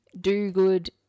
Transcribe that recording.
do-good